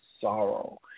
sorrow